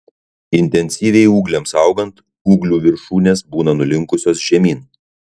intensyviai ūgliams augant ūglių viršūnės būna nulinkusios žemyn